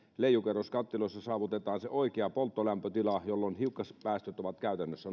leijukerroskattiloissa saavutetaan se oikea polttolämpötila jolloin hiukkaspäästöt ovat käytännössä